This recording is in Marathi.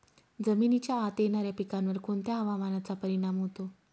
जमिनीच्या आत येणाऱ्या पिकांवर कोणत्या हवामानाचा परिणाम होतो?